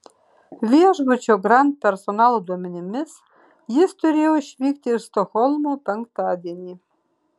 viešbučio grand personalo duomenimis jis turėjo išvykti iš stokholmo penktadienį